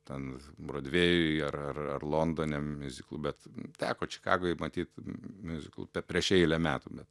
ten brodvėjuj ar ar ar londone miuziklų bet teko čikagoj matyt miuziklų bet prieš eilę metų bet